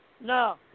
No